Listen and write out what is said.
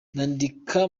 nandika